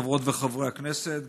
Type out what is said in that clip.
חברות וחברי הכנסת,